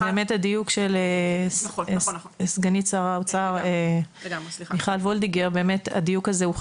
אז באמת הדיוק של סגנית שר האוצר מיכל וולדיגר הוא חשוב,